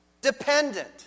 dependent